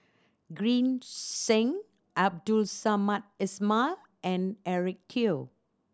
Green Zeng Abdul Samad Ismail and Eric Teo